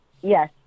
Yes